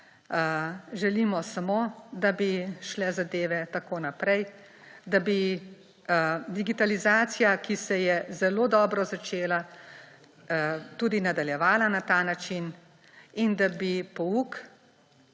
želimo samo, da bi šle zadeve tako naprej, da bi digitalizacija, ki se je zelo dobro začela, tudi nadaljevala na ta način in da bi pouk